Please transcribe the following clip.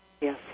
Yes